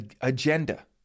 agenda